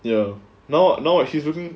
ya now now what he's written